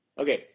okay